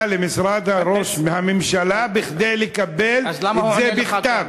למשרד ראש הממשלה כדי לקבל את זה בכתב.